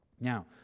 Now